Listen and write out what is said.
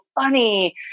funny